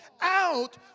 out